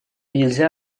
нельзя